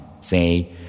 Say